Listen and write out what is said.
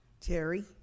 Terry